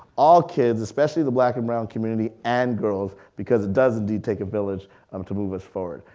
all kids, especially the black and brown community, and girls, because it does indeed take a village um to move us forward.